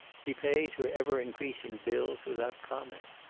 he paid her ever-increasing bills without comment.